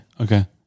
Okay